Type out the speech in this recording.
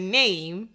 name